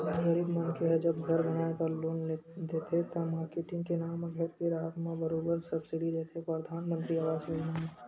गरीब मनखे ह जब घर बनाए बर लोन देथे त, मारकेटिंग के नांव म घर के राहब म बरोबर सब्सिडी देथे परधानमंतरी आवास योजना म